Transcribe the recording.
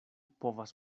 povas